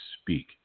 speak